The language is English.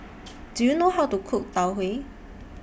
Do YOU know How to Cook Tau Huay